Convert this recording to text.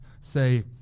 say